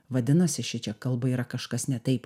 vadinasi šičia kalbai yra kažkas ne taip